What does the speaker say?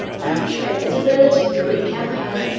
and betrayed the debility of the greek empire.